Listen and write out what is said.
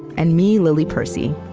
and me, lily percy.